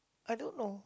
I don't know